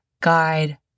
guide